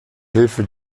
hilfe